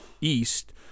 east